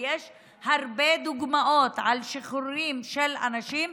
ויש הרבה דוגמאות על שחרורים של אנשים שחזרו,